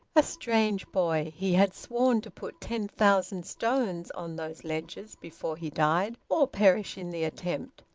a strange boy, he had sworn to put ten thousand stones on those ledges before he died, or perish in the attempt.